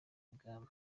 ibwami